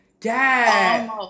Dad